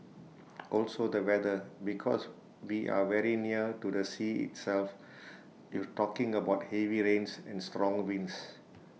also the weather because we are very near to the sea itself you're talking about heavy rains and strong winds